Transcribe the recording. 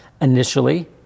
initially